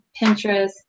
Pinterest